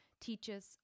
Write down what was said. teachers